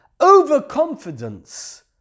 overconfidence